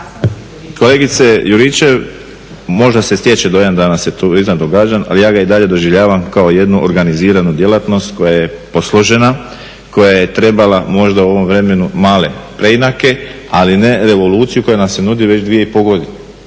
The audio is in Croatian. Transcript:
Kolegice Juričev, možda se stječe dojam da …/Govornik se ne razumije./… ali ja ga i dalje doživljavam kao jednu organiziranu djelatnost koja je posložena, koja je trebala možda u ovom vremenu male preinake ali ne revoluciju koja nam se nudi već 2,5 godine